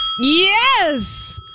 Yes